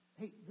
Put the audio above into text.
hey